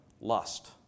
lust